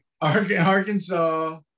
Arkansas